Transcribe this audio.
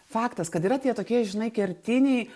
faktas kad yra tie tokie žinai kertiniai